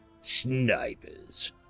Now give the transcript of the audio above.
Snipers